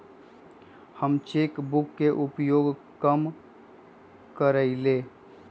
हम cheque book के उपयोग कम करइले